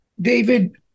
David